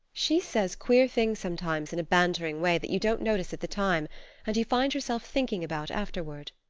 she says queer things sometimes in a bantering way that you don't notice at the time and you find yourself thinking about afterward.